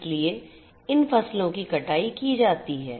इसलिए इन फसलों की कटाई की जाती है